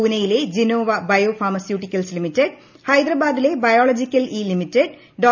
പൂനെയിലെ Gennova bio pharmaceuticals limited ഹെദരാബാദദിലെ biological E limited ഡോ